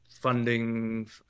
funding